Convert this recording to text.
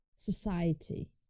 society